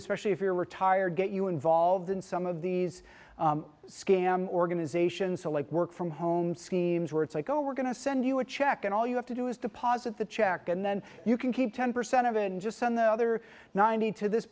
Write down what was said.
especially if you're retired get you involved in some of these scam organizations or like work from home schemes where it's like oh we're going to send you a check and all you have to do is deposit the check and then you can keep ten percent of and just send the other ninety to this